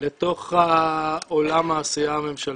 לתוך עולם העשייה הממשלתי.